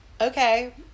okay